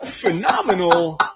phenomenal